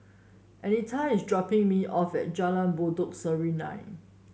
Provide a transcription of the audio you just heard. Anita is dropping me off at Jalan Pokok Serunai